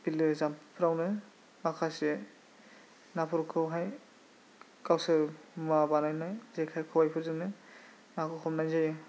बिलो जाम्फैफ्रावनो माखासे नाफोरखौहाय गावसोर मुवा बानायनाय जेखाइ खबायफोरजोंनो नाखौ हमनाय जायो